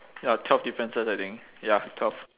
ya twelve differences I think ya twelve